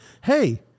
hey